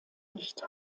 nicht